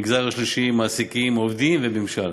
המגזר השלישי, מעסיקים, עובדים וממשל,